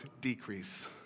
decrease